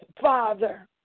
father